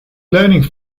leuning